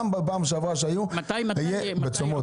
מתי ימי הצום שלכם?